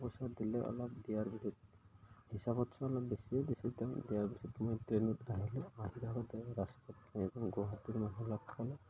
পইচাও দিলে অলপ দিয়াৰ পিছত হিচাপতছে অলপ বেছিয়ে দিছে তেওঁ দিয়াৰ পিছত মই ট্ৰেইনত আহিলোঁ আহি থাকোঁতে তাত মই ৰাস্তাত গুৱাহাটীৰ মানুহ লগ পালোঁ